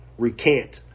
recant